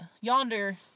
yonder